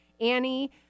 Annie